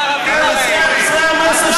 זה המסר